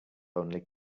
only